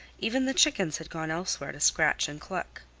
even the chickens had gone elsewhere to scratch and cluck.